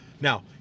Now